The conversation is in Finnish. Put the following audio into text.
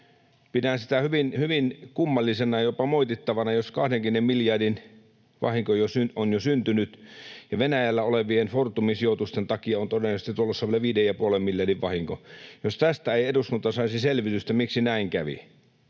Pidän sitä hyvin kummallisena, jopa moitittavana, että jos 20 miljardin vahinko on jo syntynyt ja Venäjällä olevien Fortumin sijoitusten takia on todennäköisesti tulossa vielä viiden ja puolen miljardin vahinko, niin tästä ei eduskunta saisi selvitystä, miksi näin kävi.